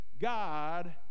God